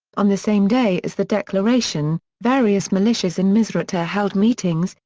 on the same day as the declaration, various militias in misrata held meetings,